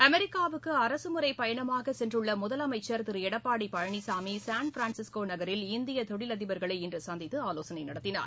அமெரிக்காவுக்கு அரசு முறை பயணமாக சென்றுள்ள முதலமைச்சர் திரு எடப்பாடி பழனிசாமி சான்பிரான்ஸிஸ்கோ நகரில் இந்திய தொழில் அதிபர்களை இன்று சந்தித்து ஆலோசனை நடத்தினார்